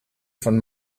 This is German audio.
von